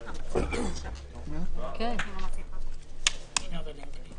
נבחרים נכבדים, קודם כול, יש